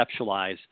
conceptualize